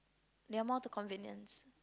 they're more to convenience